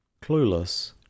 Clueless